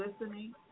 listening